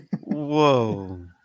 Whoa